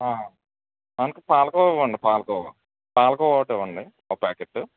అంతే పాలకోవా ఇవ్వండి పాలకోవా పాలకోవా ఒకటి ఇవ్వండి ఒక ప్యాకెట్